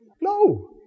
No